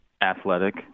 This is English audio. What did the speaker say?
athletic